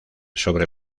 sobre